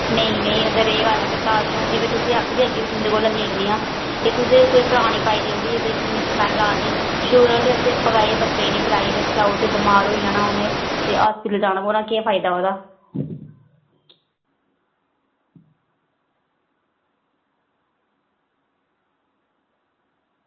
नेईं नेईं अगर एह् गल्ल ऐ अगर ताज़ियां होंदियां फ्ही तुसेंगी आखदे अग्गें बी तुं'दे कोला लैने आं एह् तुसें कोई परानी पाई देई ओड़ी एह्दे च इ'न्नी स्मैल्ल आ दी शुकर करो अजें असें पकाइयै बच्चें ई निं खलाई ओड़ी अगर खलाई ओड़दे बमार होई जाना हा उ'नें ते हास्पिटल जाना पौना केह् फायदा ओह्दा